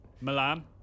Milan